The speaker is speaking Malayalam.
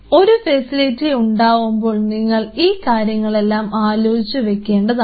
ഒരു ഫെസിലിറ്റി ഉണ്ടാക്കുമ്പോൾ നിങ്ങൾ ഈ കാര്യങ്ങളെല്ലാം ആലോചിച്ചു വെക്കേണ്ടതാണ്